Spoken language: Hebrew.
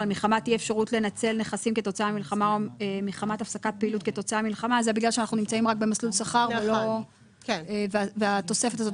בכל המבצעים, וזה לא משהו שהכנסנו עכשיו.